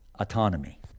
autonomy